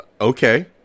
okay